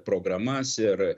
programas ir